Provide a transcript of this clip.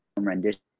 rendition